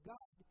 God